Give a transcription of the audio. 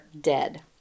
dead